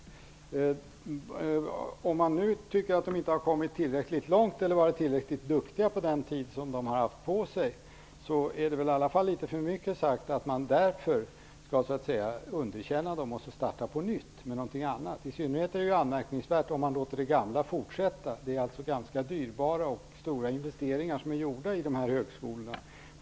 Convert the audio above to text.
Även om man nu tycker att de inte har kommit tillräckligt långt eller varit tillräckligt duktiga på den tid som de har haft på sig är det väl i alla fall litet för mycket sagt att man därför skall underkänna dem och starta på nytt med något annat. I synnerhet är det anmärkningsvärt om man låter det gamla fortsätta. Det är ganska dyrbara och stora investeringar som är gjorda i dessa högskolor.